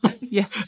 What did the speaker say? Yes